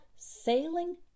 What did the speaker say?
Sailing